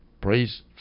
praise